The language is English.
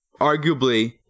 arguably